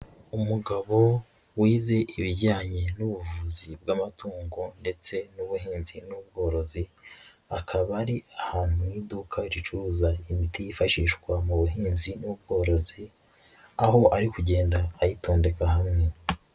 Umugabo wize ibijyanye n'ubuvuzi bw'amatungo ndetse n'ubuhinzi n'ubworozi, akaba ari ahantu mu iduka ricuruza imiti yifashishwa mu buhinzi n'ubworozi, aho ari kugenda ayitondeka hamwe.